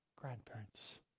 grandparents